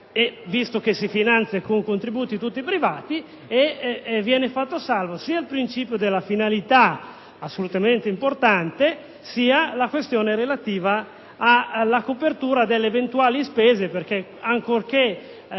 visto che ci si finanzia con contributi interamente privati, viene fatto salvo sia il principio della finalità, assolutamente importante, sia la questione relativa alla copertura delle eventuali spese, perché, ancorché